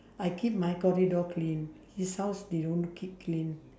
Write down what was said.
I keep my corridor clean his house they don't keep clean